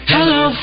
Hello